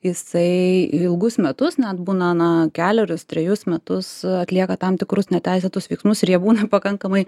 jisai ilgus metus net būna kelerius trejus metus atlieka tam tikrus neteisėtus veiksmus ir jie būna pakankamai